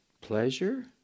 pleasure